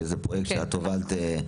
שזה פרויקט שאת הובלת,